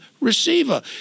receiver